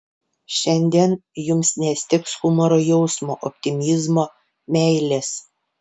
šiandien jums nestigs humoro jausmo optimizmo meilės